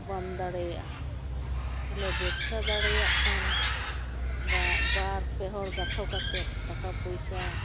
ᱵᱟᱢ ᱫᱟᱲᱮᱭᱟᱜᱼᱟ ᱛᱟᱦᱚᱞᱮ ᱵᱮᱵᱥᱟ ᱫᱟᱲᱮᱭᱟᱜ ᱠᱷᱟᱱ ᱵᱟ ᱵᱟᱨᱼᱯᱮ ᱦᱚᱲ ᱜᱟᱛᱷᱚ ᱠᱟᱛᱮᱫ ᱴᱟᱠᱟ ᱯᱚᱭᱥᱟ